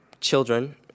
children